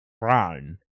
brown